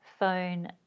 phone